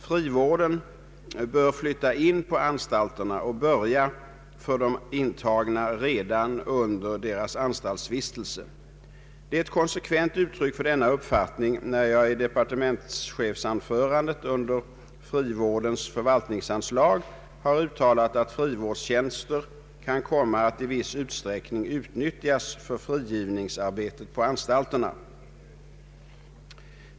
Frivården bör flytta in på anstalterna och börja för de intagna redan under deras anstaltsvistelse. Det är ett konsekvent uttryck för denna uppfattning när jag i departementschefsanförandet under frivårdens förvaltningsanslag har uttalat att frivårdstjänster kan komma att i viss utsträckning utnyttjas för frigivningsarbetet på anstalterna.